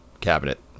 cabinet